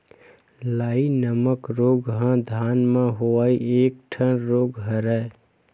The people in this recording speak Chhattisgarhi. लाई नामक रोग ह धान म होवइया एक ठन रोग हरय